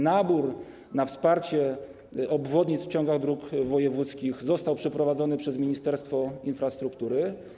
Nabór wniosków o wsparcie obwodnic w ciągach dróg wojewódzkich został przeprowadzony przez Ministerstwo Infrastruktury.